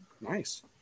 nice